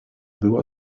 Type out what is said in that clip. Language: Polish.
była